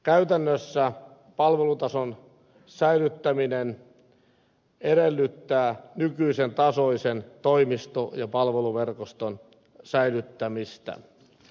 käytännössä palvelutason säilyttäminen edellyttää nykyisen tasoisen toimisto ja palveluverkoston säilyttämistä